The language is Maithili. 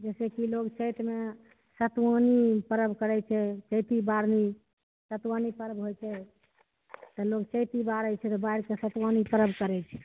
जैसे कि लोग चैतमे सतुआनी पर्ब करै छै चैती सतुआनी पर्ब होइ छै तऽ लोग चैती बारै छै बाइरि कऽ सतुआनी पर्ब करै छै